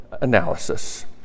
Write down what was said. analysis